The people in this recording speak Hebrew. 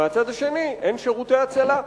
מהצד השני אין שירותי הצלה,